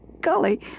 golly